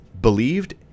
believed